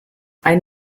ein